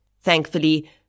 Thankfully